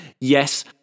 Yes